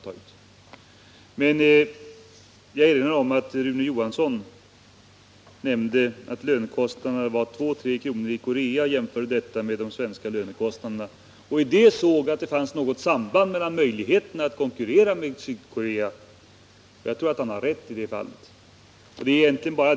Jag vill erinra om att Rune Johansson i Ljungby nämnde att timlönekostnaden i Korea var två tre kronor och jämförde detta med de svenska timlönekostnaderna. Han fann att detta hade ett samband med våra möjligheter att konkurrera med Sydkorea. Jag tror att Rune Johansson har rätt i detta fall.